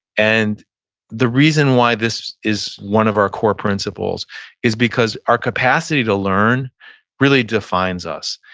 and the reason why this is one of our core principles is because our capacity to learn really defines us.